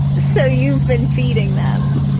so you've been feeding them?